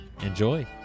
Enjoy